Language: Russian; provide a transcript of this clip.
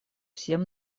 всем